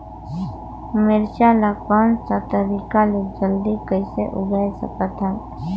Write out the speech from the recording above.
मिरचा ला कोन सा तरीका ले जल्दी कइसे उगाय सकथन?